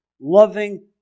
loving